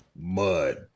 Mud